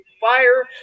fire